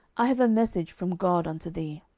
i have a message from god unto thee.